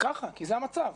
כי זה המצב.